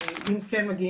אם כן מגיעים